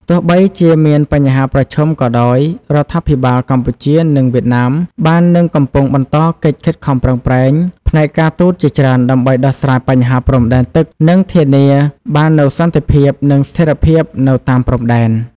ទោះបីជាមានបញ្ហាប្រឈមក៏ដោយ រដ្ឋាភិបាលកម្ពុជា និងវៀតណាម បាននិងកំពុងបន្តកិច្ចខិតខំប្រឹងប្រែងផ្នែកការទូតជាច្រើនដើម្បីដោះស្រាយបញ្ហាព្រំដែនទឹក និងធានាបាននូវសន្តិភាព និងស្ថិរភាពនៅតាមព្រំដែន។